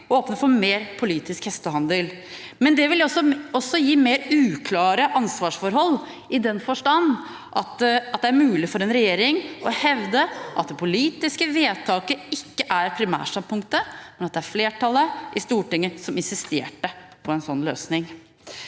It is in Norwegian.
og åpner for mer politisk hestehandel. Men det vil også gi mer uklare ansvarsforhold i den forstand at det er mulig for en regjering å hevde at det politiske vedtaket ikke er primærstandpunktet, men at det er flertallet i Stortinget som insisterte på en slik løsning.